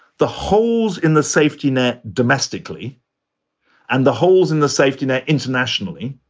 the holes in the safety net domestically and the holes in the safety net internationally.